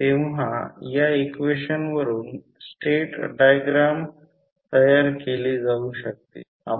तर हा प्रॉब्लेम मला म्हणायचे आहे की गोष्टी कशा आहेत हे